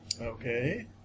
Okay